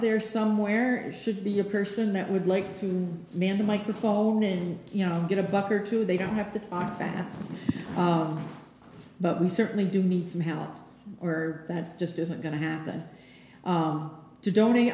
there somewhere should be a person that would like to man the microphone and you know get a buck or two they don't have to offer passes but we certainly do need some help or that just isn't going to happen to donate